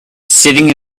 sitting